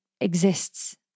exists